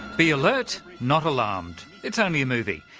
be alert, not alarmed, it's only a movie,